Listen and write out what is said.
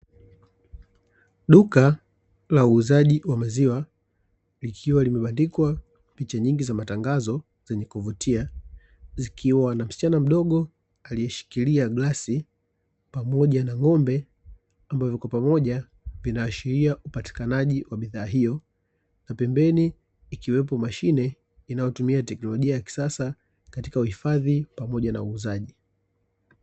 Duka la uuzaji wa maziwa, likiwa limebandikwa picha nyingi za matangazo zenye kuvutia, zikiwa na msichana mdogo alieshikilia glasi pamoja na ng’ombe, ambavyo kwa pamoja vinaashiria upatikanaji wa bidhaa hiyo, na pembeni ikiwepo na mashine inayotumia teknolojia ya kisasa katika uhifadhi pamoja na uuzaji.